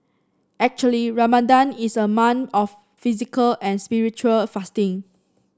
actually Ramadan is a month of physical and spiritual fasting